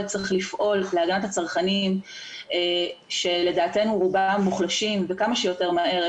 צריך לפעול להגנת הצרכנים שלדעתנו רובם מוחלשים וכמה שיותר מהר,